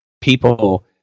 people